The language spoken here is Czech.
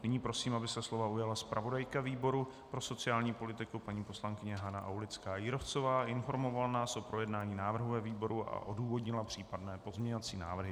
Nyní prosím, aby se slova ujala zpravodajka výboru pro sociální politiku paní poslankyně Hana Aulická Jírovcová a informovala nás o projednání návrhu ve výboru a odůvodnila případné pozměňovací návrhy.